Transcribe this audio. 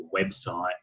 websites